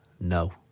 No